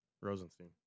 Rosenstein